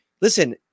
listen